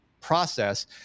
process